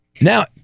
Now